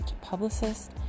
publicist